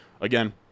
again